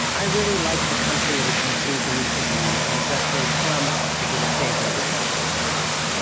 i really like the country that you seem to me to be ancestrally from, because it saved my dysfunctional family.